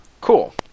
Cool